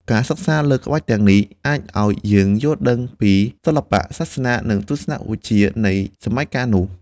ការសិក្សាលើក្បាច់ទាំងនេះ អាចឱ្យយើងយល់ដឹងពីសិល្បៈ សាសនា និងទស្សនវិជ្ជានៃសម័យកាលនោះ។